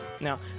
Now